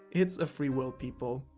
it's a free world people.